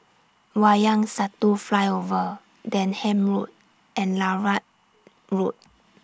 Wayang Satu Flyover Denham Road and Larut Road